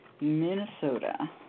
Minnesota